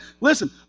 Listen